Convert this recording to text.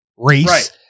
race